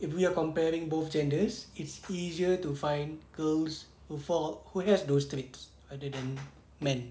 if we are comparing boys and girls it's easier to find girls with all who has those traits rather than men